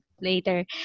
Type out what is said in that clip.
later